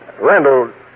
Randall